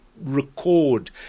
record